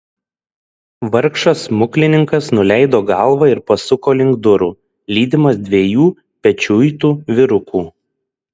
vargšas smuklininkas nuleido galvą ir pasuko link durų lydimas dviejų pečiuitų vyrukų